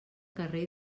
carrer